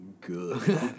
good